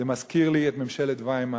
זה מזכיר לי את ממשלת ויימאר,